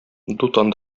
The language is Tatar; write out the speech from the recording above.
дутан